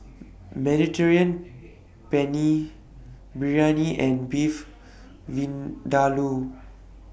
Mediterranean Penne Biryani and Beef Vindaloo